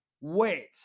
wait